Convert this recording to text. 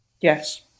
yes